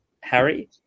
Harry